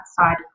outside